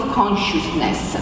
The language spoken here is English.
consciousness